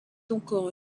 encore